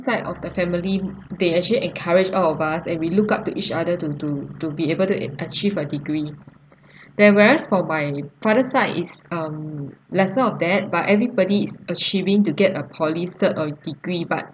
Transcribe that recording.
side of the family they actually encourage all of us and we look up to each other to to to be able to a~ achieve a degree then whereas for my father's side is um lesser of that but everybody is achieving to get a poly cert or degree but